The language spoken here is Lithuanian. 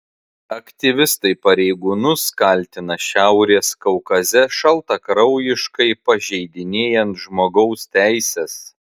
aktyvistai pareigūnus kaltina šiaurės kaukaze šaltakraujiškai pažeidinėjant žmogaus teises